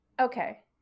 Okay